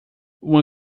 uma